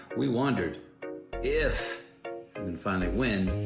we wondered if and finally when,